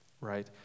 right